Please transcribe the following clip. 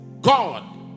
God